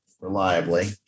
reliably